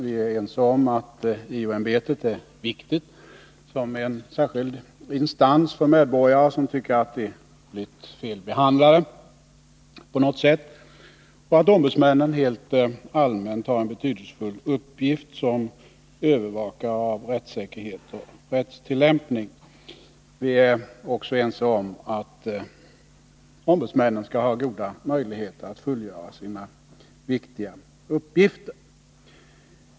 Vi är ense om att JO-ämbetet är viktigt som en särskild instans för medborgare som tycker att de blivit felbehandlade på något sätt och att ombudsmännen helt allmänt har en betydelsefull uppgift som övervakare av rättssäkerhet och rättstillämpning. Vi är också ense om att de skall ha goda möjligheter att fullgöra sina viktiga uppgifter.